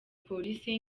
polisi